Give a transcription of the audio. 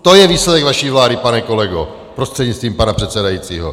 To je výsledek vaší vlády, pane kolego prostřednictvím pana předsedajícího.